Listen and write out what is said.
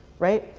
right?